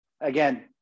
Again